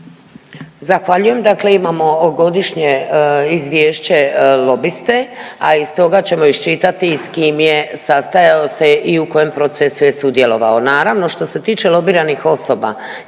Zahvaljujem. Dakle imamo godišnje izvješće lobiste, a iz toga ćemo iščitati s kim je sastajao se i u kojem procesu je sudjelovao. Naravno što se tiče lobiranih osoba,